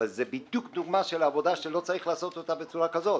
אבל זה בדיוק דוגמה של עבודה שלא צריך לעשות אותה בצורה כזאת.